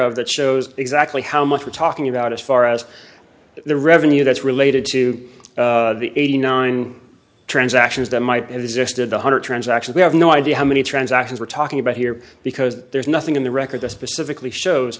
of that shows exactly how much we're talking about as far as the revenue that's related to the eighty nine transactions that might exist in one hundred transactions we have no idea how many transactions we're talking about here because there's nothing in the record that specifically shows